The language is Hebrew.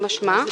משמע,